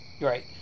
Right